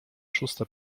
szósta